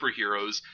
superheroes